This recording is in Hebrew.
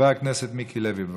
מס' 11160,